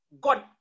God